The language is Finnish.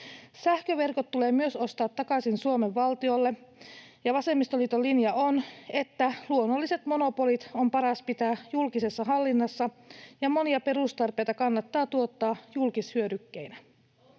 Sähköverkot tulee myös ostaa takaisin Suomen valtiolle. Vasemmistoliiton linja on, että luonnolliset monopolit on paras pitää julkisessa hallinnassa ja monia perustarpeita kannattaa tuottaa julkishyödykkeinä.